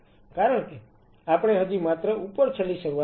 કારણ કે આપણે હજી માત્ર ઉપરછલ્લી શરૂઆત કરી છે